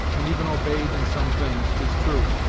and even obeyed in some things tis true,